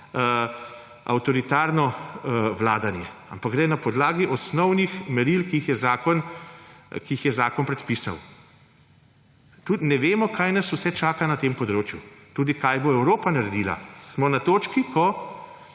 vladanje, ampak gre na podlagi osnovnih meril, ki jih je zakon predpisal. Ne vemo, kaj nas vse čaka na tem področju, tudi kaj bo Evropa naredila. Smo na točki, ko